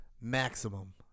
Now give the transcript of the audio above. maximum